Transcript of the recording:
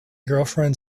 girlfriend